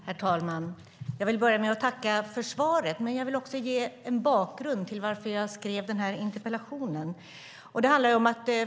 Herr talman! Jag vill börja med att tacka statsrådet för svaret, men jag vill också ge en bakgrund till att jag skrev den här interpellationen.